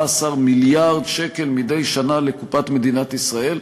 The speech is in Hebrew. מיליארד שקל מדי שנה לקופת מדינת ישראל.